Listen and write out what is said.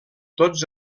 tots